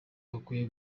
bakwiye